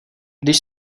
když